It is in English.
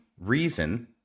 reason